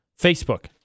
Facebook